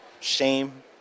shame